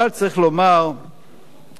אבל צריך לומר שבישראל,